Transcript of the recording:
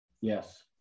Yes